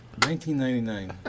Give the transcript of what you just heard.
1999